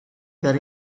per